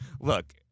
look